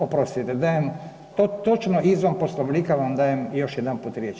Oprostite dajem točno izvan Poslovnika vam dajem još jedanput riječ.